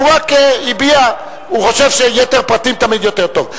הוא רק אמר שהוא חושב שיתר פרטים תמיד יותר טוב.